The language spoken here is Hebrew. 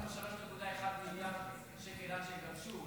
אבל תוריד לנו 3.1 מיליארד שקלים עד שיגבשו,